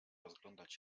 rozglądać